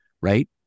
Right